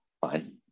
fine